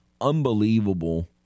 unbelievable